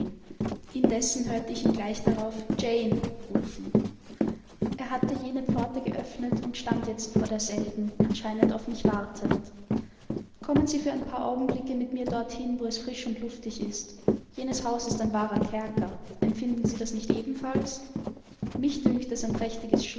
indessen hörte ich ihn gleich darauf jane rufen er hatte jene pforte geöffnet und stand jetzt vor derselben anscheinend auf mich wartend kommen sie für ein paar augenblicke mit mir dorthin wo es frisch und luftig ist jenes haus ist ein wahrer kerker empfinden sie das nicht ebenfalls mich dünkt es ein prächtiges